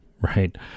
right